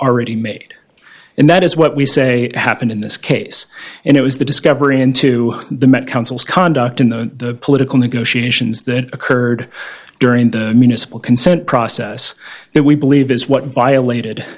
already made and that is what we say happened in this case and it was the discovery into the met council's conduct in the political negotiations that occurred during the municipal consent process that we believe is what violated